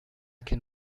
can